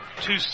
two